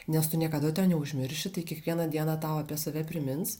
nes tu niekada to neužmirši tai kiekvieną dieną tau apie save primins